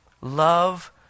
Love